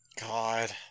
God